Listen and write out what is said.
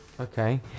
Okay